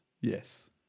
yes